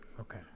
Okay